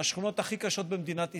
מהשכונות הכי קשות במדינת ישראל,